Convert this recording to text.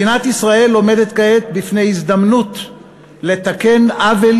מדינת ישראל עומדת כעת בפני הזדמנות לתקן עוול